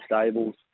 stables